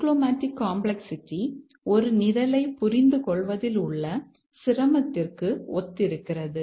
cyclomatic complexity ஒரு நிரலைப் புரிந்து கொள்வதில் உள்ள சிரமத்திற்கு ஒத்திருக்கிறது